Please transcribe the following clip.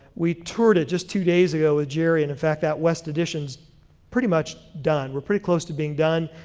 we toured it just two days ago with jerry, and in fact that west addition is pretty much done. we're pretty close to being done.